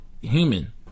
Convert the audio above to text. human